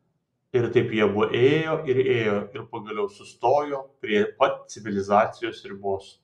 ir taip jie abu ėjo ir ėjo ir pagaliau sustojo prie pat civilizacijos ribos